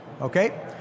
Okay